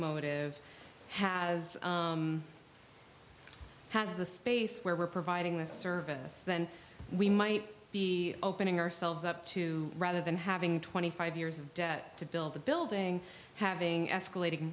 motive has has the space where we're providing this service then we might be opening ourselves up to rather than having twenty five years of debt to build a building having escalating